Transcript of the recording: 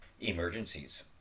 emergencies